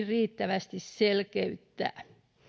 riittävästi selkeyttää